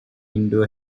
into